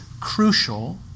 crucial